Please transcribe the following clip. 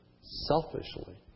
selfishly